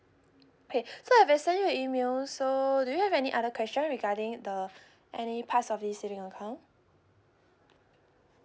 okay so I have sent you an email so do you have any other question regarding the any parts of this saving account